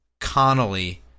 Connolly